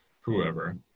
whoever